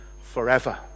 forever